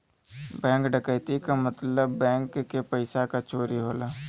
bank डकैती क मतलब बैंक के पइसा क चोरी होला